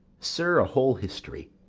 sir, a whole history.